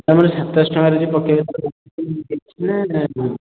ତା ମାନେ ସାତଶହ ଟଙ୍କାର ଯଦି ପକେଇବେ ତ ନା ନା ନା